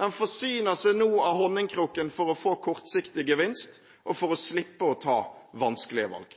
Den forsyner seg nå av honningkrukken for å få kortsiktig gevinst og for å slippe å ta vanskelige valg.